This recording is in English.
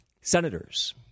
senators